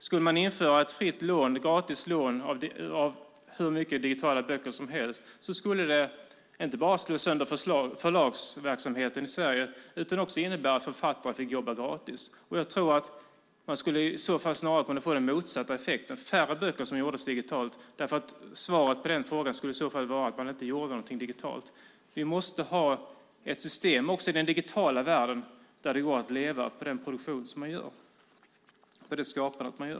Skulle man införa ett fritt och gratis lån av hur många digitala böcker som helst skulle det inte bara slå sönder förlagsverksamheten i Sverige utan också innebära att författare fick jobba gratis. Jag tror att man i så fall snarare skulle kunna få den motsatta effekten, färre böcker som gjordes digitala. Svaret på den frågan skulle i så fall vara att man inte gjorde någonting digitalt. Vi måste ha ett system också i den digitala världen där det går att leva på sitt skapande.